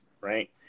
right